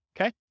okay